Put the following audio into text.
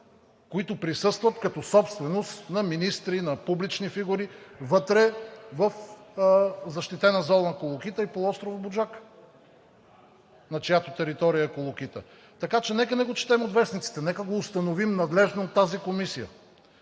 които присъстват като собственост, на министри, на публични фигури вътре в защитена зона „Колокита“ и полуостров „Буджака“, на чиято територия е „Колокита“. Нека не го четем от вестниците, нека го установим надлежно в тази комисия.